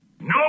No